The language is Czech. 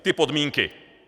Ty podmínky.